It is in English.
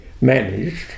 managed